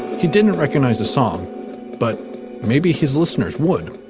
who didn't recognize the song but maybe his listeners would.